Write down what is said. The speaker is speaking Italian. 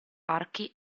archi